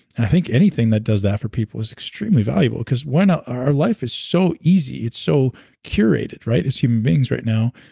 i think anything that does that for people is extremely valuable, because why not. our life is so easy. it's so curated as human beings right now.